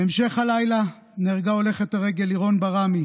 בהמשך הלילה נהרגה הולכת הרגל לירון ברמי